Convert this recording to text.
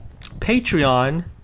Patreon